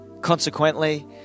Consequently